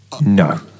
No